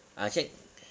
I said